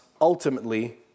ultimately